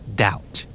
doubt